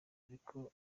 ariko